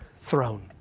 throne